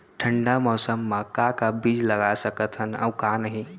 ठंडा के मौसम मा का का बीज लगा सकत हन अऊ का नही?